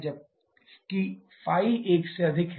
जबकि ϕ 1 से अधिक है